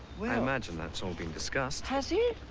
well i imagine that's all being discussed. has it?